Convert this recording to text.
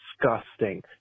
disgusting